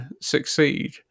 succeed